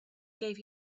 gave